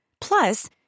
Plus